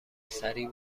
سریع